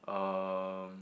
um